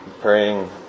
praying